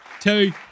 Two